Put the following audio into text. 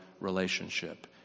relationship